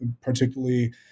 particularly